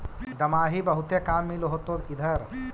दमाहि बहुते काम मिल होतो इधर?